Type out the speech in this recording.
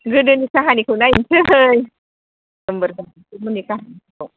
गोदोनि काहानिखौ नायनोसै गोम्बोर हांमामोननि काहानिखौ